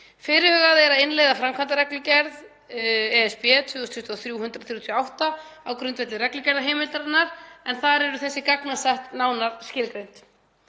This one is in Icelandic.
Fyrirhugað er að innleiða framkvæmdareglugerð (ESB) 2023/138 á grundvelli reglugerðarheimildarinnar, en þar eru þessi gagnasett nánar skilgreind.